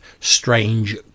strange